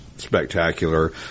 Spectacular